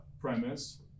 premise